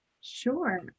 Sure